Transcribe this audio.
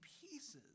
pieces